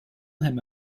him